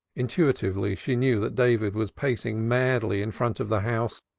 intuitively she knew that david was pacing madly in front of the house,